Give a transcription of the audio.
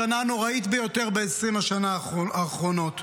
השנה הנוראית ביותר ב-20 השנים האחרונות.